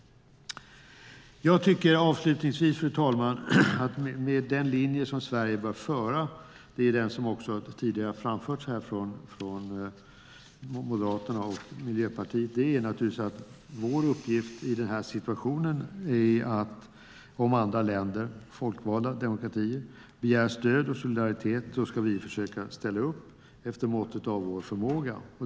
Fru talman! Avslutningsvis tycker jag att den linje som Sverige bör föra är den som tidigare har framförts från Moderaterna och Miljöpartiet, nämligen att vår uppgift i denna situation, om andra länder - folkvalda demokratier - begär stöd och solidaritet, naturligtvis är att ställa upp efter måttet av vår förmåga.